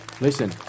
listen